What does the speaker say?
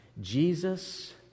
Jesus